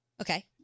Okay